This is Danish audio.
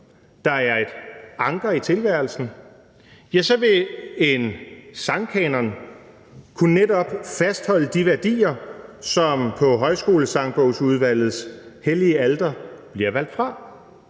der er et anker i tilværelsen, vil en sangkanon netop kunne fastholde de værdier, som på højskolesangsbogsudvalgets hellige alter bliver valgt fra,